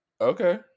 okay